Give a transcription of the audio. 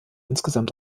insgesamt